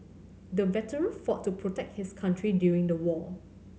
the veteran fought to protect his country during the war